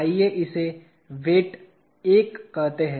आइए इसे वेट 1 कहते हैं